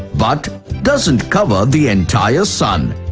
but doesn't cover the entire sun.